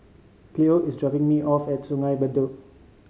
Cleo is dropping me off at Sungei Bedok